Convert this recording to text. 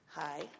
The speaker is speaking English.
Hi